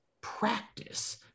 practice